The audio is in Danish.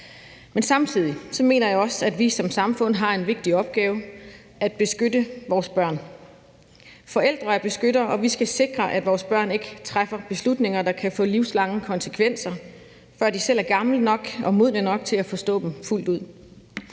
Men samtidig mener jeg også, at vi som samfund har en vigtig opgave: at beskytte vores børn. Forældre er beskyttere, og vi skal sikre, at vores børn ikke træffer beslutninger, der kan få livslange konsekvenser, før de selv er gamle nok og modne nok til at forstå dem fuldt ud.